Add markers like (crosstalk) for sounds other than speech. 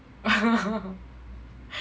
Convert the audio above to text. (laughs)